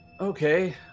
Okay